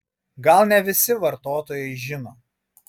gal ne visi vartotojai žino